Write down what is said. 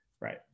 Right